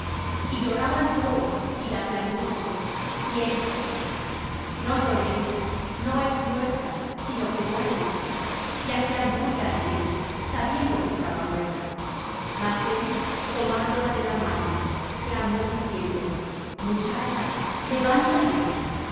y lloraban todos y la plañían y él dijo no lloréis no es muerta sino que duerme y hacían burla de él sabiendo que estaba muerta mas él tomándola de la mano clamó diciendo muchacha levántate